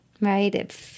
Right